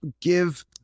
give